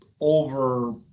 over